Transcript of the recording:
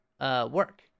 work